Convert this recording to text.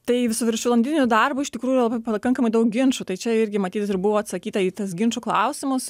tai su viršvalandiniu darbu iš tikrųjų yra labai pakankamai daug ginčų tai čia irgi matyt ir buvo atsakyta į tas ginčų klausimus